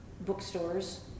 bookstores